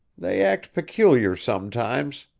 they act peculiar sometimes.